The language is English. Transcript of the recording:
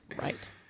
right